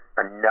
enough